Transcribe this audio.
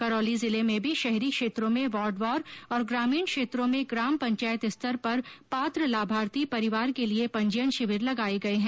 करौली जिले में भी शहरी क्षेत्रों में वार्ड वार और ग्रामीण क्षेत्रों में ग्रामपंचायत स्तर पर पात्र लाभार्थी परिवार के लिए पंजीयन शिविर लगाये गये है